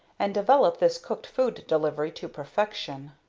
and develop this cooked food delivery to perfection.